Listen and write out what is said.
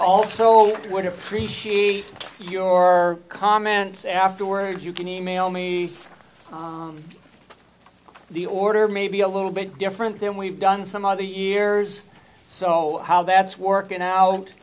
also would appreciate your comments afterwards you can e mail me the order may be a little bit different than we've done some other years so how that's working